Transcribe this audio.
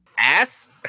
Ass